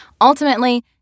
ultimately